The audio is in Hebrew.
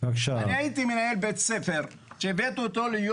אני הייתי מנהל בית ספר שהבאתי אותו להיות